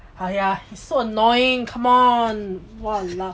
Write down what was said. !aiya! he's so annoying come on !walao!